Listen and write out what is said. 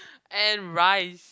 and rice